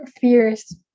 fears